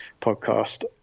podcast